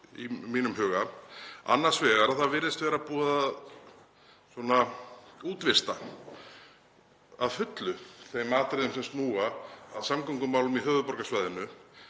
í mínum huga. Annars vegar að það virðist vera búið að útvista að fullu þeim atriðum sem snúa að samgöngumálum á höfuðborgarsvæðinu